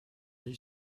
dix